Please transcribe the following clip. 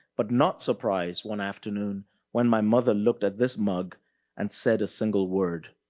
but not surprised, one afternoon when my mother looked at this mug and said a single word.